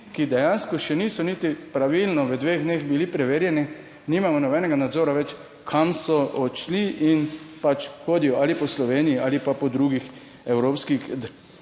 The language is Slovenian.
ki dejansko še niso niti pravilno v dveh dneh bili preverjeni, nimamo nobenega nadzora več, kam so odšli in pač hodijo ali po Sloveniji ali pa po drugih evropskih državah.